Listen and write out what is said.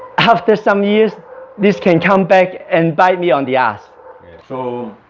after some years this can come back and bite me on the ass so